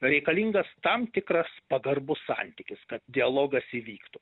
reikalingas tam tikras pagarbus santykis kad dialogas įvyktų